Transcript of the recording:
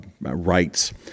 rights